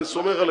אני סומך עליכם.